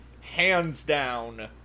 hands-down